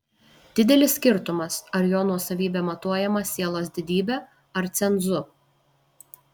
didelis skirtumas ar jo nuosavybė matuojama sielos didybe ar cenzu